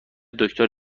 دکتر